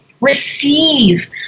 Receive